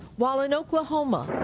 while, in oklahoma. oh,